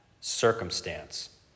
circumstance